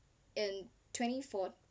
in uh twenty four